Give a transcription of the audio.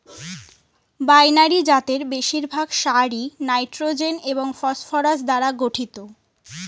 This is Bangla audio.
বাইনারি জাতের বেশিরভাগ সারই নাইট্রোজেন এবং ফসফরাস দ্বারা গঠিত